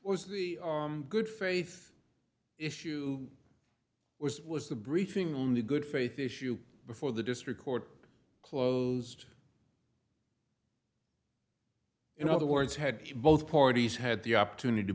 was good faith issue was was the briefing on the good faith issue before the district court closed in other words had both parties had the opportunity to